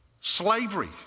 Slavery